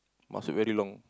must be very long